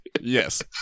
Yes